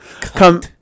come